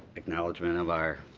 acknowledgment of our